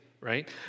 right